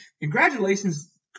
Congratulations